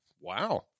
Wow